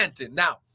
Now